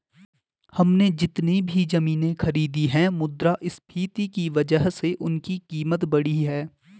हमने जितनी भी जमीनें खरीदी हैं मुद्रास्फीति की वजह से उनकी कीमत बढ़ी है